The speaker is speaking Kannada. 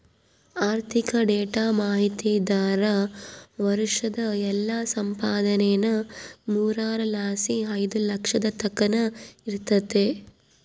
ಆರ್ಥಿಕ ಡೇಟಾ ಮಾಹಿತಿದಾರ್ರ ವರ್ಷುದ್ ಎಲ್ಲಾ ಸಂಪಾದನೇನಾ ಮೂರರ್ ಲಾಸಿ ಐದು ಲಕ್ಷದ್ ತಕನ ಇರ್ತತೆ